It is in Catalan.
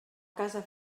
casa